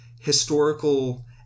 historical